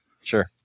Sure